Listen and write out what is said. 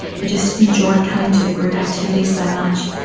he just enjoyed coming to the group activities so much.